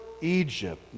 Egypt